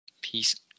peace